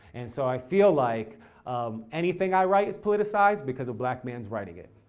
and so i feel like um anything i write is politicized, because a black man's writing it.